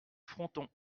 fronton